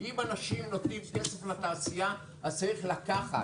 אם אנשים נותנים כסף לתעשייה אז צריך לקחת